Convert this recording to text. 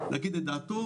להגיד את דעתו.